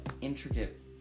intricate